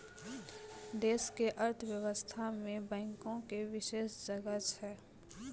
देश के अर्थव्यवस्था मे बैंको के विशेष जगह छै